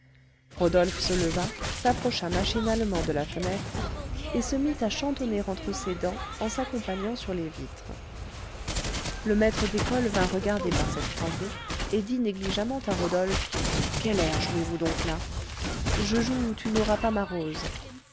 rodolphe se leva s'approcha machinalement de la fenêtre et se mit à chantonner entre ses dents en s'accompagnant sur les vitres le maître d'école vint regarder par cette croisée et dit négligemment à rodolphe quel air jouez-vous donc là je joue tu n'auras pas ma rose